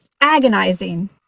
agonizing